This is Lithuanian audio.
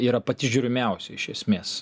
yra pati žiūrimiausia iš esmės